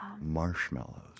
Marshmallows